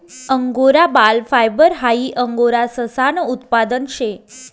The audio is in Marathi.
अंगोरा बाल फायबर हाई अंगोरा ससानं उत्पादन शे